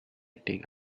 think